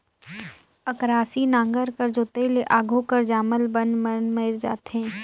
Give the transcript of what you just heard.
अकरासी नांगर कर जोताई ले आघु कर जामल बन मन मइर जाथे